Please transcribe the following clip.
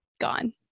gone